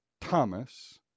Thomas